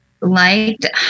liked